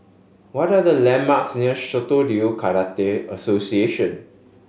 what are the landmarks near Shitoryu Karate Association